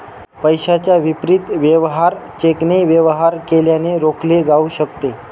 पैशाच्या विपरीत वेवहार चेकने वेवहार केल्याने रोखले जाऊ शकते